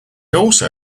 also